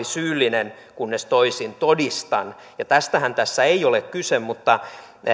syyllinen kunnes toisin todistan tästähän tässä ei ole kyse